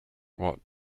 what